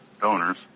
donors